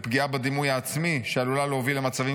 לפגיעה בדימוי העצמי שעלולה להוביל למצבים